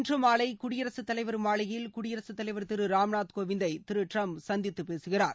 இன்று மாலை குடியரசுத் தலைவா மாளிகையில் குடியரசுத்தலைவர் திரு ராம்நாத் கோவிந்தை திரு டிரம்ப் சந்தித்து பேசுகிறார்